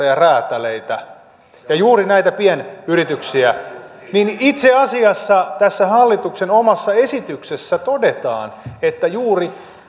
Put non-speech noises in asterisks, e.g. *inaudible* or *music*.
*unintelligible* ja räätäleitä ja juuri näitä pienyrityksiä niin itse asiassa tässä hallituksen omassa esityksessä todetaan että juuri